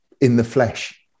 in-the-flesh